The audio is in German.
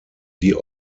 die